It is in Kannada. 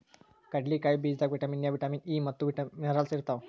ಕಡ್ಲಿಕಾಯಿ ಬೀಜದಾಗ್ ವಿಟಮಿನ್ ಎ, ವಿಟಮಿನ್ ಇ ಮತ್ತ್ ಮಿನರಲ್ಸ್ ಇರ್ತವ್